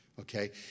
Okay